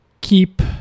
keep